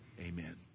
Amen